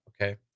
okay